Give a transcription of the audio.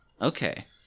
Okay